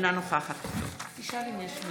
אינה נוכחת חברים,